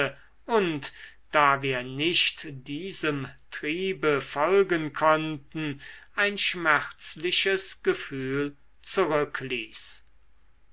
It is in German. und da wir nicht diesem triebe folgen konnten ein schmerzliches gefühl zurückließ